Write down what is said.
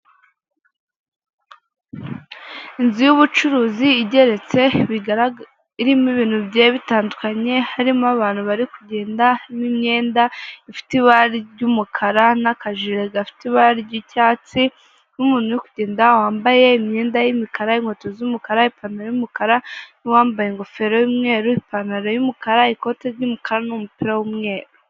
Inzu y'ubucuruzi igeretse, bigara irimo ibintu bigiye bitandukanye harimo abantu bari kugenda n'imyenda ifite ibara ry'umukara n'akajiri gafite ibara ry'icyatsi, n'umuntu uri kugenda wambaye imyenda y'imikara, inkweto z'umukara, ipantaro y'umukara n'uwambaye ingofero y'umweru, ipantaro y'umukara, ikote ry'umukara n'umupira w'umweru.